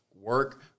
work